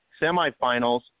semifinals